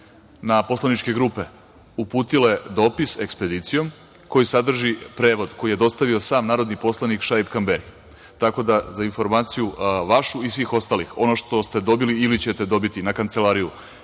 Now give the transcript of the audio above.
na poslaničke grupe, uputile dopis ekspedicijom koji sadrži prevod koji je dostavio sam narodni poslanik Šaip Kamberi. Tako da, za vašu informaciju i svih ostalih, ono što ste dobili ili ćete dobiti na kancelariju,